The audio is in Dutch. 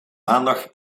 maandag